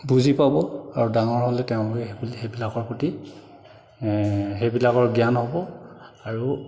বুজি পাব আৰু ডাঙৰ হ'লে তেওঁলোকে সেইবিলাক সেইবিলাকৰ প্ৰতি সেইবিলাকৰ জ্ঞান হ'ব আৰু